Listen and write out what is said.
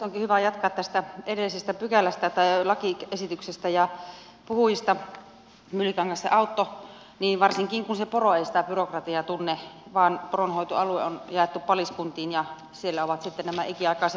onkin hyvä jatkaa tästä edellisestä lakiesityksestä ja puhujista myllykoski ja autto varsinkin kun se poro ei sitä byrokratiaa tunne vaan poronhoitoalue on jaettu paliskuntiin ja siellä ovat sitten nämä ikiaikaiset laitumet